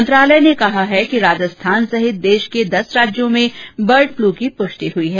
मंत्रालय ने कहा है कि राजस्थान सहित देश के दस राज्यों में बर्ड फ्ल की पृष्टि हई है